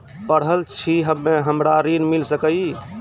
पढल छी हम्मे हमरा ऋण मिल सकई?